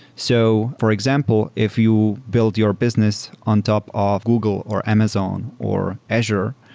so for example, if you build your business on top of google, or amazon, or azure,